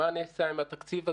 מה נעשה עם התקציב הזה?